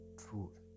truth